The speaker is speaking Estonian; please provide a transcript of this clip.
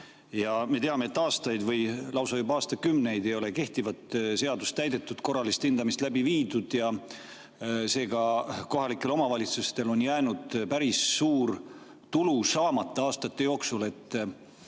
Me teame, et aastaid või lausa aastakümneid ei ole kehtivat seadust täidetud, korralist hindamist läbi viidud ja seega kohalikel omavalitsustel on jäänud päris suur tulu saamata aastate jooksul.